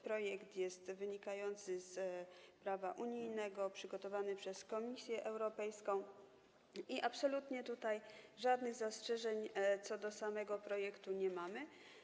Projekt wynika z prawa unijnego, przygotowany jest przez Komisję Europejską i absolutnie tutaj żadnych zastrzeżeń co do samego projektu nie mamy.